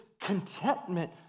contentment